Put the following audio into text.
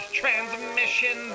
transmission